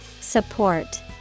Support